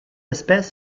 espèce